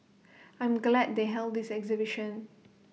I'm glad they held this exhibition